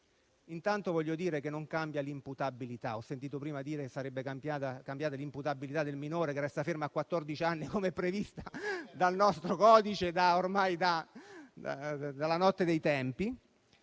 Intanto voglio dire che non cambia l'imputabilità; ho sentito prima dire che sarebbe cambiata l'imputabilità del minore, ma resta ferma a quattordici anni, come è previsto dal nostro codice ormai dalla notte dei tempi.